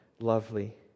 lovely